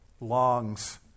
longs